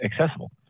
accessible